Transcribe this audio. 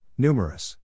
Numerous